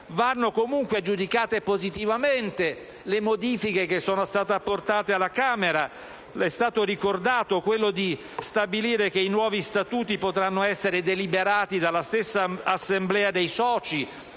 Vanno comunque giudicate positivamente le modifiche che sono state apportate alla Camera tra cui, com'è stato ricordato, il fatto di stabilire che i nuovi statuti potranno essere deliberati dalla stessa assemblea dei soci